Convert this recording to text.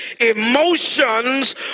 emotions